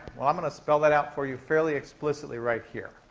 well, i'm going to spell that out for you fairly explicitly right here.